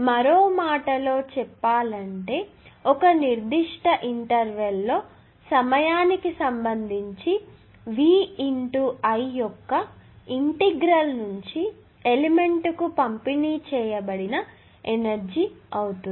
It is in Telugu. మరో మాటలో చెప్పాలంటే ఒక నిర్దిష్ట ఇంటర్వెల్ లో సమయానికి సంబంధించి V × I యొక్క ఇంటెగ్రల్ నుంచి ఎలిమెంట్ కు పంపిణీ చేయబడిన ఎనర్జీ అవుతుంది